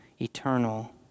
eternal